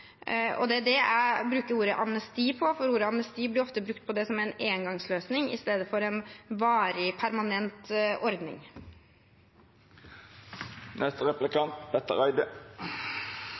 år. Det er det jeg bruker ordet «amnesti» om, for ordet «amnesti» blir ofte brukt om det som er en engangsløsning i stedet for en varig, permanent ordning.